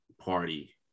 party